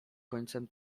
końcem